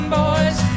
boys